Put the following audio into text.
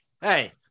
hey